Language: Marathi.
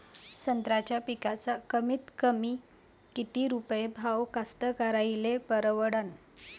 संत्र्याचा पिकाचा कमीतकमी किती रुपये भाव कास्तकाराइले परवडन?